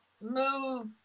move